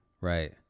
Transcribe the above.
right